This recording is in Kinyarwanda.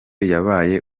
yabaye